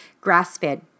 grass-fed